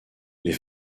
les